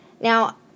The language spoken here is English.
Now